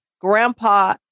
Grandpa